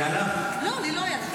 היה לך?